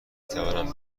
توانم